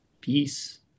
peace